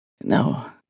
No